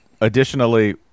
Additionally